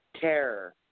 terror